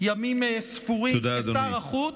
ימים ספורים, כשר החוץ,